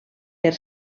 per